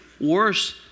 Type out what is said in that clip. worse